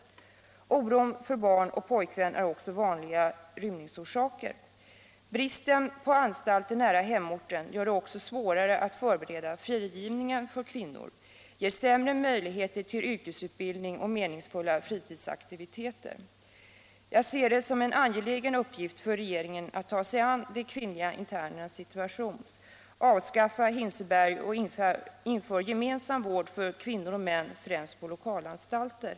Oron för barn och pojkvän är vanliga rymningsorsaker. Bristen på anstalter nära hemorten gör det också svårare att förbereda frigivningen för kvinnor och ger sämre möjligheter till yrkesutbildning och meningsfulla fritidsaktiviteter. Jag ser det som en angelägen uppgift för regeringen att ta sig an de kvinnliga internernas situation. Avskaffa Hinseberg och inför gemensam vård för kvinnor och män, främst på lokalanstalter!